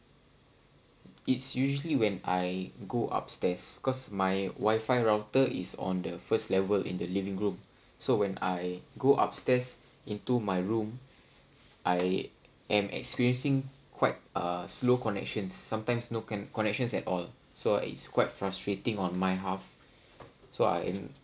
it's usually when I go up stairs because my wifi router is on the first level in the living room so when I go upstairs into my room I am experiencing quite uh slow connections sometimes no conn~ connections at all so it's quite frustrating on my half so I